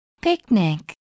Picnic